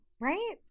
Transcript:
right